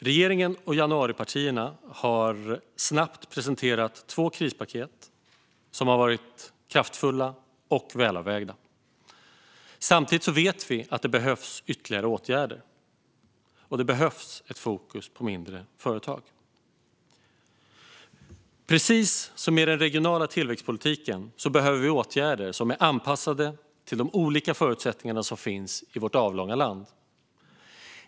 Regeringen och januaripartierna har snabbt presenterat två krispaket, som har varit kraftfulla och välavvägda. Samtidigt vet vi att det behövs ytterligare åtgärder och ett fokus på mindre företag. Precis som i den regionala tillväxtpolitiken behöver vi åtgärder som är anpassade efter de olika förutsättningar som råder i vårt avlånga land.